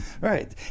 right